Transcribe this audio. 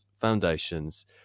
foundations